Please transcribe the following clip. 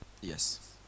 Yes